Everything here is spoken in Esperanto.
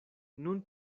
nun